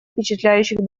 впечатляющих